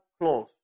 close